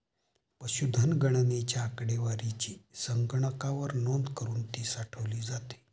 पशुधन गणनेच्या आकडेवारीची संगणकावर नोंद करुन ती साठवली जाते